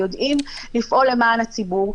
יודעים לפעול למען הציבור,